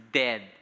dead